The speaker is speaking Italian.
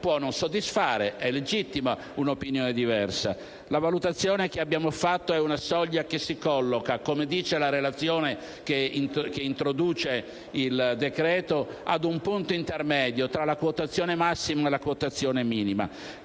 La valutazione che abbiamo fatto ci ha portato ad una soglia che si colloca - come dice la relazione che introduce il decreto-legge - ad un punto intermedio tra la quotazione massima e la quotazione minima,